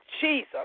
Jesus